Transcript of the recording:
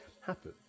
happen